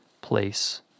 place